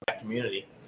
community